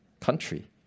country